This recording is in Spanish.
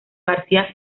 garcía